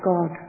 God